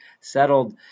settled